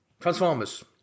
Transformers